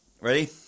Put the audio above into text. ready